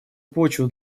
почву